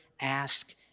ask